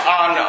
on